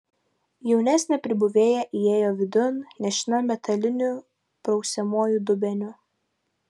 jaunesnė pribuvėja įėjo vidun nešina metaliniu prausiamuoju dubeniu